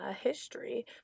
history